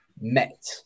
met